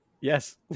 Yes